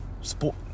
sport